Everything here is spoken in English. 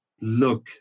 look